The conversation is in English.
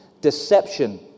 Deception